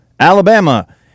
Alabama